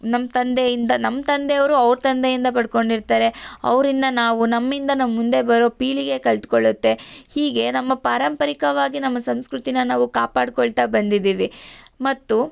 ನಮ್ಮ ತಂದೆಯಿಂದ ನಮ್ಮ ತಂದೆಯವರು ಅವ್ರ ತಂದೆಯಿಂದ ಪಡ್ಕೊಂಡಿರ್ತಾರೆ ಅವರಿಂದ ನಾವು ನಮ್ಮಿಂದ ನಮ್ಮ ಮುಂದೆ ಬರೋ ಪೀಳಿಗೆ ಕಲಿತ್ಕೊಳ್ಳುತ್ತೆ ಹೀಗೆ ನಮ್ಮ ಪಾರಂಪರಿಕವಾಗಿ ನಮ್ಮ ಸಂಸ್ಕೃತಿಯ ನಾವು ಕಾಪಾಡಿಕೊಳ್ತ ಬಂದಿದೀವಿ ಮತ್ತು